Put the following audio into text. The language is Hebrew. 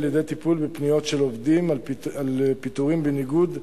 על-ידי טיפול בפניות של עובדים על פיטורים בניגוד לחוק.